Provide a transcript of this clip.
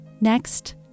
Next